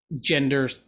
gender